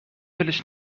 ولش